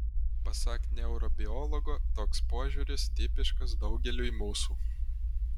pasak neurobiologo toks požiūris tipiškas daugeliui mūsų